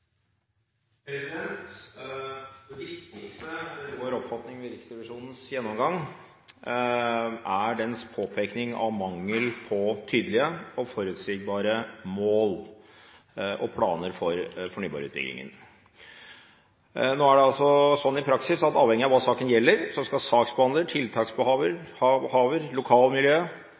det viktigste ved Riksrevisjonens gjennomgang dens påpeking av mangel på tydelige og forutsigbare mål og planer for fornybarutbyggingen. Nå er det i praksis sånn at avhengig av hva saken gjelder, skal saksbehandler,